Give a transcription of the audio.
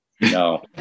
No